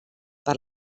per